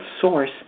Source